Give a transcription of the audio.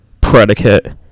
predicate